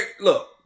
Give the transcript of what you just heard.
Look